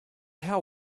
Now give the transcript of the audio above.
how